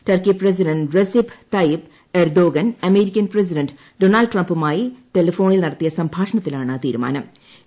Turkey president Recep Tayyip Erdogan American president Donald ട്രംപുമായി ടെലിഫോണിൽ നടത്തിയ സംഭാഷണത്തിലാണ് തിരുമാനം